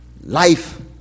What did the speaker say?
life